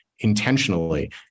intentionally